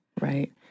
Right